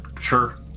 sure